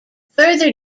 further